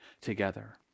together